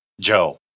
Joe